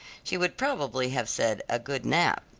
she would probably have said, a good nap.